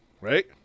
right